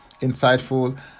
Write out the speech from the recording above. insightful